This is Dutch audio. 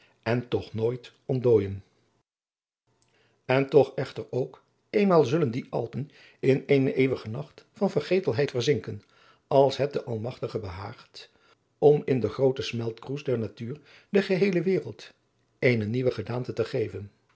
en toch nooit ontdooijen eo echter ook eenmaal zulen die alpen in eenen eeuwigen nacht van vergetelheid verzinken als het den almagtige behaagt om in den grooten smeltkroes der natuur de geheele wereld eene nieuwe gedaante te geven